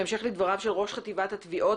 בהמשך לדבריו של ראש חטיבת התביעות